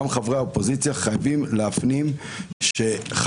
גם חברי האופוזיציה חייבים להפנים שחבל